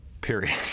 Period